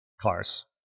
Cars